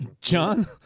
John